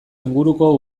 inguruko